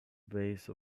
base